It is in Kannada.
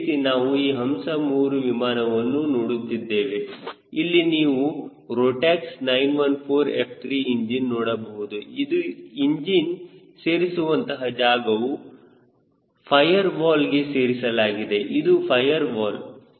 ಈ ರೀತಿ ನಾವು ಈಗ ಹಂಸ 3 ವಿಮಾನವನ್ನು ನೋಡುತ್ತಿದ್ದೇವೆ ಇಲ್ಲಿ ನೀವು ರೋಟಕ್ಸ್ 914 F3 ಇಂಜಿನ್ ನೋಡಬಹುದು ಇದು ಇಂಜಿನ್ ಸೇರಿಸುವಂತಹ ಜಾಗವು ಫೈಯರ್ ವಾಲ್ಗೆ ಸೇರಿಸಲಾಗಿದೆ ಇದು ಫೈಯರ್ ವಾಲ್